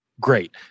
great